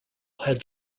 had